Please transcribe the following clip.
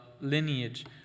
lineage